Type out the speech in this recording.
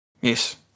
Yes